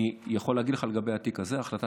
אני יכול להגיד לך לגבי התיק הזה שההחלטה